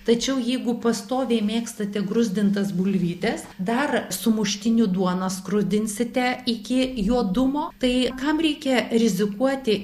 tačiau jeigu pastoviai mėgstate gruzdintas bulvytes dar sumuštinių duoną skrudinsite iki juodumo tai kam reikia rizikuoti